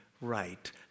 right